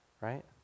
right